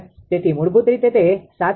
તેથી મૂળભૂત રીતે તે 725